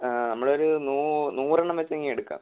ആ നമ്മളൊരു നൂ നൂറെണ്ണം വെച്ചിങ്ങ് എടുക്കാം